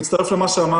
אני מצטרף אל מה שאמר